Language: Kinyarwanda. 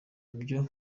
byo